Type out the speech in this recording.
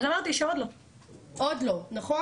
עוד לא.